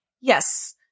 Yes